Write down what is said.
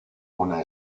una